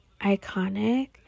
iconic